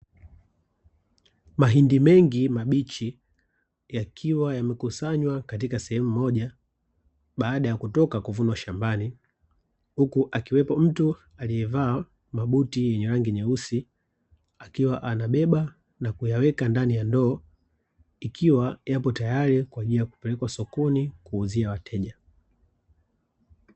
Mahindi mengi mabichi yakiwa yamekusanywa katika sehemu moja, baada ya kutoka kuvunwa shambani. Huku akiwepo mtu aliyevaa mabuti yenye rangi nyeusi, akiwa anabeba na kuyaweka ndani ya ndoo, ikiwa yapo tayari kwa ajili ya kupelekwa sokoni, kuuzia wateja.